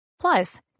Plus